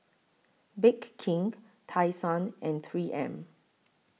Bake King Tai Sun and three M